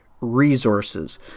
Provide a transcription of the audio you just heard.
resources